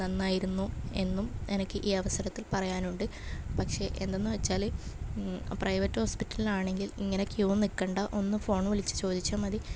നന്നായിരുന്നു എന്നും എനിക്ക് ഈ അവസരത്തിൽ പറയാനുണ്ട് പക്ഷേ എന്തെന്ന് വെച്ചാൽ പ്രൈവറ്റ് ഹോസ്പിറ്റലിലാണെങ്കിൽ ഇങ്ങനെ ക്യൂ നിൽക്കണ്ട ഒന്ന് ഫോൺ വിളിച്ച് ചോദിച്ചാൽ മതി